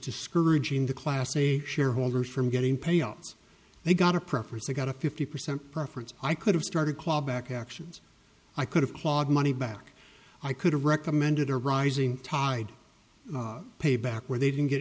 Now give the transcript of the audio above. discouraging the classy shareholders from getting payouts they got a preference they got a fifty percent preference i could have started clawback actions i could have clawed money back i could have recommended a rising tide payback where they didn't get